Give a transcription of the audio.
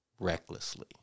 recklessly